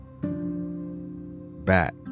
back